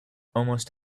almost